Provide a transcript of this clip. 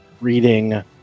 reading